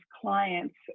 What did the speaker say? clients